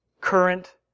current